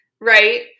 right